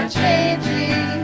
changing